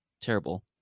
terrible